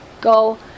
Go